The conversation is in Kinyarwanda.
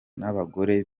n’abagore